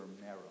marrow